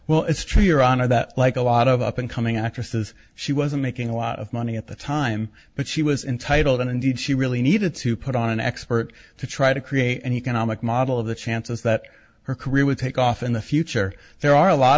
well it's true your honor that like a lot of up and coming out just as she wasn't making a lot of money at the time but she was entitled and indeed she really needed to put on an expert to try to create an economic model of the chances that her career would take off in the future there are a lot